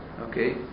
Okay